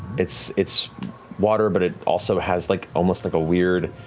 it's it's water, but it also has like almost like a weird,